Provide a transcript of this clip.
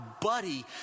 buddy